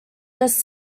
just